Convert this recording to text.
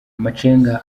amacenga